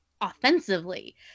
offensively